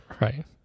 Right